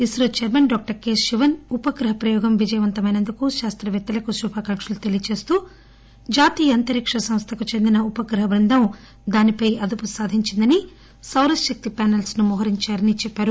ఇన్రో chairman doctor K Sivan ఉపగ్రహం ప్రయోగం విజయవంతమైనందుకు శాస్తవేత్తలకు శుభాకాంకలు తెలియచేస్తూ జాతీయ అంతరిక్ష సంస్థకు చెందిన ఉపగ్రహ బృందం దీనిపై అదుపు సాధించిందని సౌరశక్తి ప్యానెల్ప్ ను మోహరించారని చెప్పారు